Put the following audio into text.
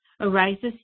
arises